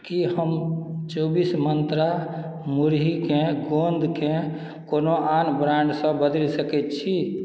की हम चौबीस मन्त्रा मुरहीके गोन्दकेँ कोनो आन ब्राणडसँ बदलि सकैत छी